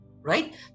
right